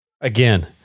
Again